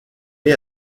née